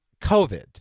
COVID